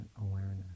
awareness